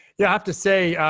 yeah, i have to say,